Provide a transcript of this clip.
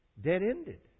dead-ended